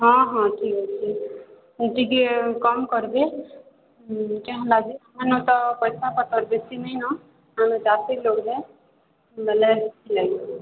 ହଁ ହଁ ଠିକ୍ ଅଛି ଟିକିଏ କମ୍ କରିବେ କଁ ହେଲା ଯେ ଆମେ ତ ପଇସା ପତ୍ର ବେଶୀ ନେଇନ ଆମେ ଚାଷୀ ଲୋକ୍ ହେ ବୋଲେ ନାଇଁ